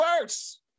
first